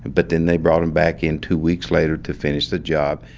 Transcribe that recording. but then they brought them back in two weeks later to finish the job.